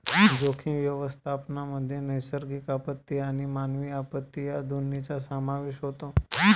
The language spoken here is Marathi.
जोखीम व्यवस्थापनामध्ये नैसर्गिक आपत्ती आणि मानवी आपत्ती या दोन्हींचा समावेश होतो